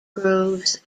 groves